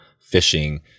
fishing